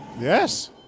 Yes